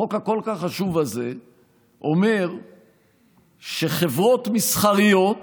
החוק החשוב כל כך הזה אומר שחברות מסחריות